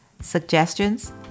suggestions